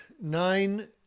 nine